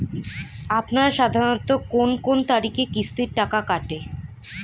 আপনারা সাধারণত কোন কোন তারিখে কিস্তির টাকা কাটে?